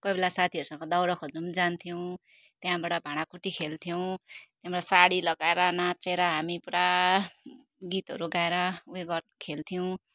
कोही बेला साथीहरूसँग दाउरा खोज्न पनि जान्थ्यौँ त्यहाँबाट भाँडाकुटी खेल्थ्यौँ त्यहाँबाट साडी लगाएर नाचेर हामी पुरा गीतहरू गाएर उयो गरेर खेल्थ्यौँ